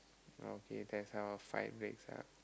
okay that's how our fight breaks up